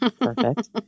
Perfect